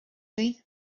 ydy